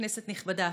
כנסת נכבדה,